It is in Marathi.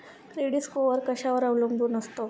क्रेडिट स्कोअर कशावर अवलंबून असतो?